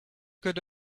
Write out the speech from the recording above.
good